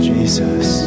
Jesus